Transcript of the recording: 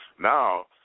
now